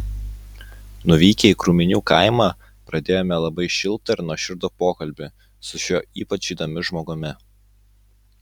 nuvykę į krūminių kaimą pradėjome labai šiltą ir nuoširdų pokalbį su šiuo ypač įdomiu žmogumi